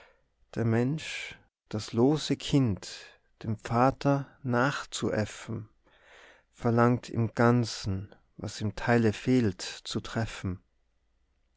der mensch das lose kind dem vater nachzuäffen verlangt im ganzen was im teile fehlt zu treffen